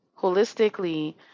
holistically